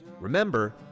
Remember